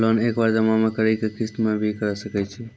Loan एक बार जमा म करि कि किस्त मे भी करऽ सके छि?